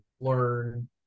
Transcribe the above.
learn